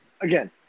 again